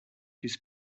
his